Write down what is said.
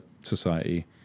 society